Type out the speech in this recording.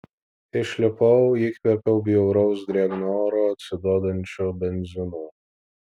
išlipau įkvėpiau bjauraus drėgno oro atsiduodančio benzinu